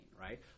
right